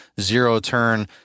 zero-turn